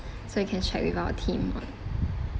so you can check with our team on